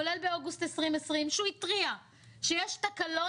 כולל באוגוסט 2020 שהוא התריע שיש תקלות,